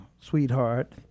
sweetheart